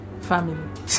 Family